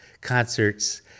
concerts